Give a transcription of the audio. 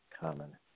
common